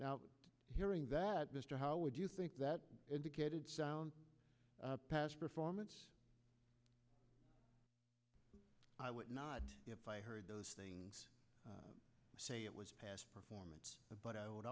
now hearing that mr how would you think that indicated silent past performance i would not if i heard those things say it was past performance but i would